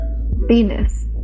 Venus